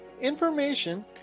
information